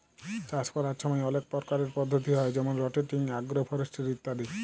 চাষ ক্যরার ছময় অলেক পরকারের পদ্ধতি হ্যয় যেমল রটেটিং, আগ্রো ফরেস্টিরি ইত্যাদি